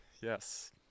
Yes